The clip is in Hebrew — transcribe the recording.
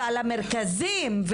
אבל המרכזים,